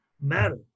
matter